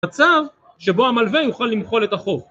בצו, שבו המלווה יוכל למחול את החוב